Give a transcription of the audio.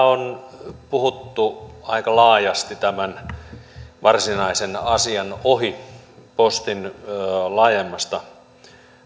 on puhuttu aika laajasti tämän varsinaisen asian ohi postin laajemmasta